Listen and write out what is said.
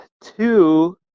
two